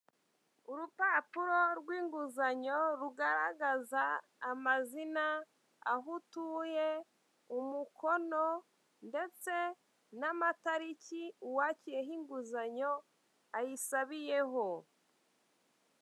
Urupapuro rw'inguzanyo rugaragaza amazina aho utuye umukono ndetse n'amataliki uwakiyeho inguzanyo ayisabiyeho